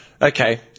Okay